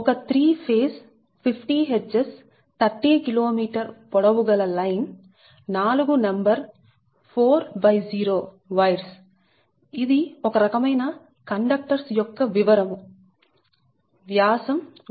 ఒక 3 phase 50 Hz 30 kilometre పొడవు గల లైన్ 4 నెంబర్ 40 వైర్స్ఇది ఒక రకమైన కండక్టర్స్ యొక్క వివరము వ్యాసం1